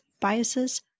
Biases